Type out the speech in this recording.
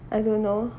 I don't know